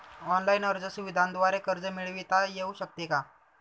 Online अर्ज सुविधांद्वारे कर्ज मिळविता येऊ शकते का?